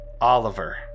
Oliver